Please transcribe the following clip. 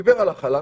דיבר על החלת